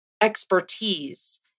expertise